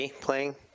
playing